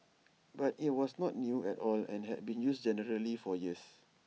but IT was not new at all and had been used generally for years